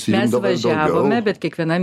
mes važiavome bet kiekvienam